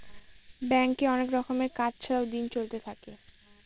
ব্যাঙ্কে অনেক রকমের কাজ ছাড়াও দিন চলতে থাকে